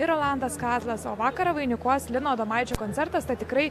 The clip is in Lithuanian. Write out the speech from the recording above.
ir rolandas kazlas o vakarą vainikuos lino adomaičio koncertas tad tikrai